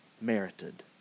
merited